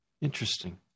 Interesting